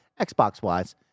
Xbox-wise